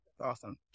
Awesome